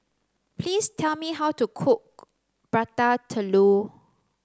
please tell me how to cook Prata Telur